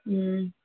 ꯎꯝ